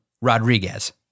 Rodriguez